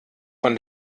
von